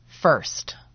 first